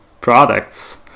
products